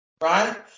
right